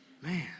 Man